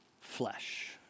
flesh